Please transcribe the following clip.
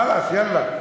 חלאס, יאללה.